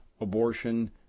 abortion